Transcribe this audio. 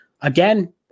again